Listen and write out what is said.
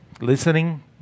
listening